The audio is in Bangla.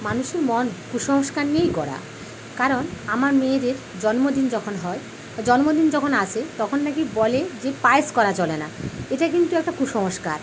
মানুষের মন কুসংস্কার নিয়েই গড়া কারণ আমার মেয়েদের জন্মদিন যখন হয় জন্মদিন যখন আসে তখন নাকি বলে যে পায়েস করা চলে না এটা কিন্তু একটা কুসংস্কার